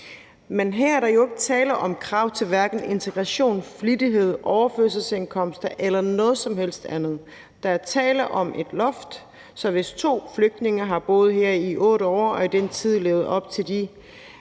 Men her er der jo ikke tale om krav til hverken integration, flittighed, overførselsindkomster eller noget som helst andet. Der er tale om et loft, så hvis to flygtninge har boet her i 8 år og i den tid levet op til de